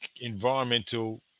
environmental